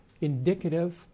indicative